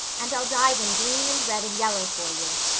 and i'll dye them green and red and yellow for you.